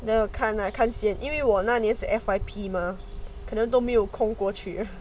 then 我看了看先因为我那年时 F_Y_P mah 可能都没有空过去